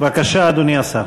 בבקשה, אדוני השר.